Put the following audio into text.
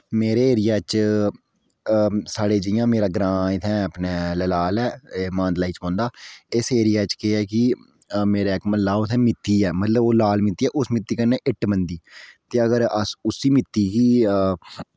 मेरे एरिया च साढ़े जियां मेरा ग्रांऽ इत्थें अपनै ललाल ऐ मानतलाई च पौंदा इस एरिया च केह् ऐ कि मेरे इक म्हल्ला ऐ उत्थैं मित्ती ऐ मतलब कि ओह् लाल मित्ती ऐ उस मित्ती कन्नै इट्ट बनदी ते अगर अस उसी मित्ती गी